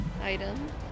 item